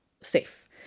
safe